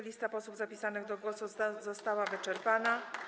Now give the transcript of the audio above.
Lista posłów zapisanych do głosu została wyczerpana.